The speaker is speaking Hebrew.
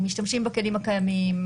אם משתמשים בכלים הקיימים,